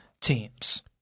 teams